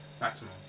maximum